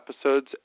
episodes